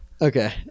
Okay